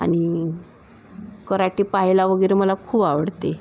आणि कराटे पाहायला वगैरे मला खूप आवडते